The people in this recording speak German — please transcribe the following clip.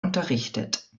unterrichtet